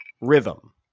rhythm